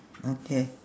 okay